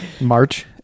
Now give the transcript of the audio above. march